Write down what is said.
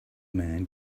man